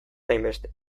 hainbeste